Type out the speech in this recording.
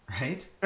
right